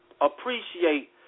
appreciate